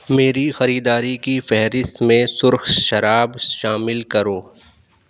میری خریداری کی فہرست میں سرخ شراب شامل کرو